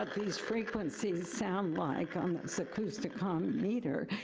but these frequencies sound like on this acousticon meter.